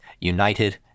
United